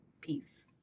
Peace